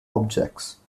objects